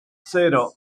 cero